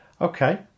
Okay